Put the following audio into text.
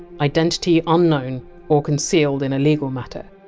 identity unknown or concealed in a legal matter.